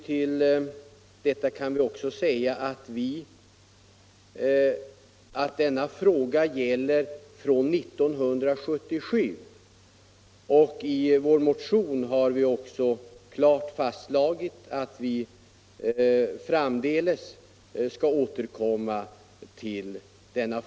Till detta kan läggas att förslaget skall gälla fr.o.m. 1977, och i vår motion har vi också klart fastslagit att vi framdeles skall återkomma till frågan.